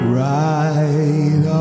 right